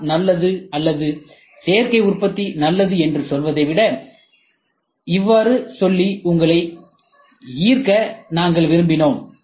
M நல்லது அல்லது சேர்க்கை உற்பத்தி நல்லது என்று சொல்வதை விட இவ்வாறு சொல்லி உங்களை ஈர்க்க நாங்கள் விரும்பினோம்